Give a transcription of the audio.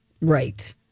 Right